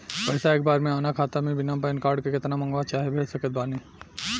पैसा एक बार मे आना खाता मे बिना पैन कार्ड के केतना मँगवा चाहे भेज सकत बानी?